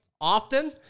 often